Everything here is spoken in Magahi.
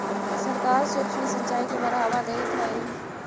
सरकार सूक्ष्म सिंचाई के बढ़ावा देइत हइ